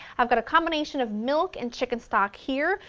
i've got a combination of milk and chicken stock here,